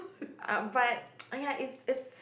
ah but !aiya! it's it's